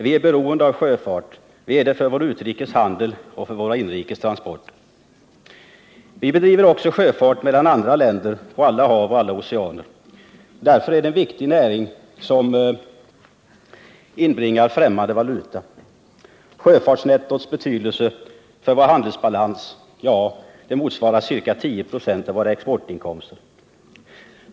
Vi är beroende av sjöfart för vår utrikeshandel och för våra inrikestransporter. Vi bedriver också sjöfart mellan andra länder på alla hav och alla oceaner. Därför är det en viktig näring som inbringar främmande valutor. Sjöfartsnettots betydelse för vår handelsbalans motsvarar ungefär 10 96 av våra exportinkomster.